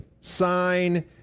sign